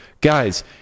guys